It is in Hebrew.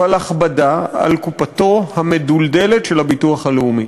אבל הכבדה על קופתו המדולדלת של הביטוח הלאומי.